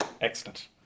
excellent